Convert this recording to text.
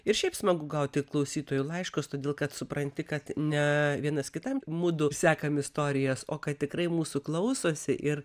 ir šiaip smagu gauti klausytojų laiškus todėl kad supranti kad ne vienas kitam mudu sekam istorijas o kad tikrai mūsų klausosi ir